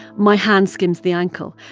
my hand skims the ankle.